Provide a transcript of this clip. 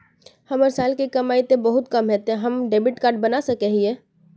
हमर साल के कमाई ते बहुत कम है ते हम डेबिट कार्ड बना सके हिये?